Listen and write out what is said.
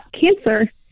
cancer